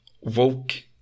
woke